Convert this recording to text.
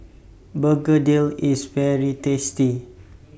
Begedil IS very tasty